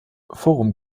forum